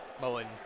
Mullen